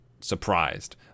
surprised